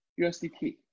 USDT